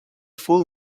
full